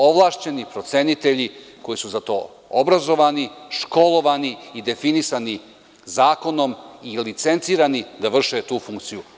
Ovlašćeni procenitelji koji su za to obrazovani, školovani i definisani zakonom i licencirani da vrše tu funkciju.